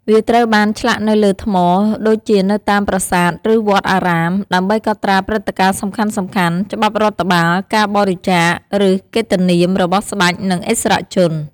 វាត្រូវបានឆ្លាក់នៅលើថ្ម ដូចជានៅតាមប្រាសាទ ឬវត្តអារាម ដើម្បីកត់ត្រាព្រឹត្តិការណ៍សំខាន់ៗ ច្បាប់រដ្ឋបាល ការបរិច្ចាគ ឬកិត្តិនាមរបស់ស្ដេច និងឥស្សរជន។